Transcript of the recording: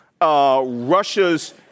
Russia's